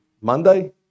Monday